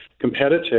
competitive